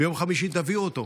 אז ביום חמישי תביאו אותו,